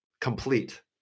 complete